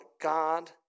God